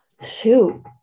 Shoot